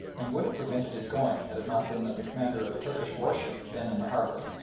and would have prevented his going had it not been that the commander of a turkish warship then in the harbour,